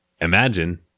imagine